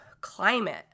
climate